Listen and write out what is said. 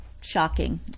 shocking